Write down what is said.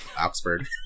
Oxford